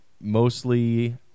Mostly